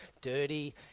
dirty